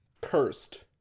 cursed